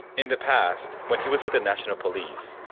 in the past, when he was with the national police,